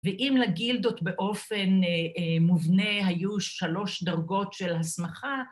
ואם לגילדות באופן מובנה היו שלוש דרגות של הסמכה